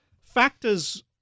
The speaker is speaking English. Factors